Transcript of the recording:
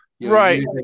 Right